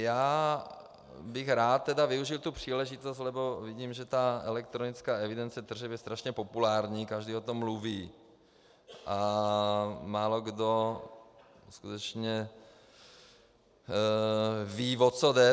Já bych rád tedy využil tuhle příležitost, neboť vidím, že elektronická evidence tržeb je strašně populární, každý o tom mluví a málokdo skutečně ví, o co jde.